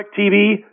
DirecTV